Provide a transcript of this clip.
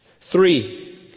Three